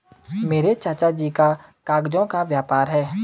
मेरे चाचा जी का कागजों का व्यापार है